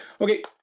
okay